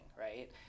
right